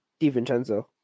DiVincenzo